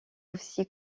aussi